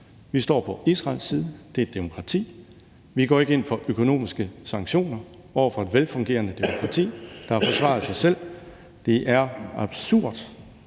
Vi står på Israels side. Det er et demokrati. Vi går ikke ind for økonomiske sanktioner over for et velfungerende demokrati, der har forsvaret sig selv. Det er absurd,